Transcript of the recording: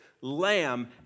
lamb